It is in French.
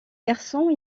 garçons